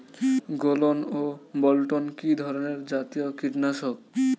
গোলন ও বলটন কি ধরনে জাতীয় কীটনাশক?